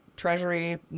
Treasury